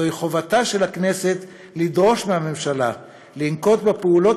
זוהי חובתה של הכנסת לדרוש מהממשלה לנקוט את הפעולות